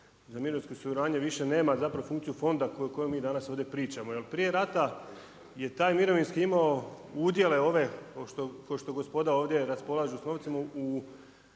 za mirovinsko osiguranje više nema zapravo funkciju fonda o kojoj mi danas ovdje pričamo. Jer prije rata je taj mirovinski imao udjele ove kao što gospoda ovdje raspolažu sa novcem u